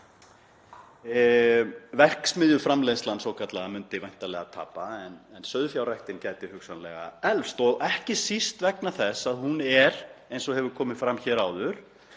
Verksmiðjuframleiðslan svokallaða myndi væntanlega tapa en sauðfjárræktin gæti hugsanlega eflst og ekki síst vegna þess að hún er, eins og hefur komið fram hér,